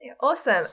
Awesome